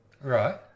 Right